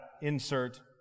insert